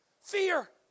Fear